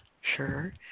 sure